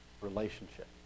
Relationship